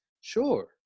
Sure